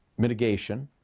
mitigation.